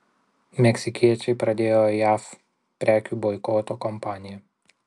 meksikiečiai pradėjo jav prekių boikoto kampaniją